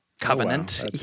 covenant